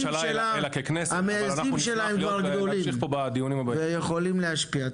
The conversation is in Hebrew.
אבל המייסדים שלה הם כבר גדולים ויכולים להשפיע.